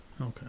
okay